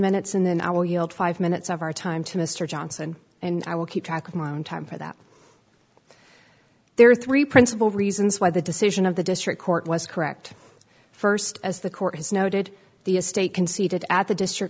minutes and then i will yield five minutes of our time to mr johnson and i will keep track of my own time for that there are three principal reasons why the decision of the district court was correct first as the court has noted the estate conceded at the district